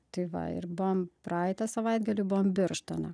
tai va ir buvom praeitą savaitgalį buvom birštone